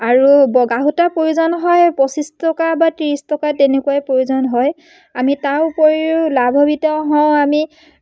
আৰু বগা সূতাৰ প্ৰয়োজন হয় পঁচিছ টকা বা ত্ৰিছ টকা তেনেকুৱাই প্ৰয়োজন হয় আমি তাৰ উপৰিও লাভাৱিত হওঁ আমি